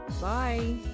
Bye